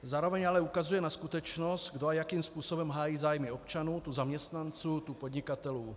Zároveň ale ukazuje na skutečnost, kdo a jakým způsobem hájí zájmy občanů, tu zaměstnanců, tu podnikatelů.